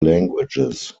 languages